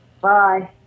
Bye